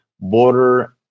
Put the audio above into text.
border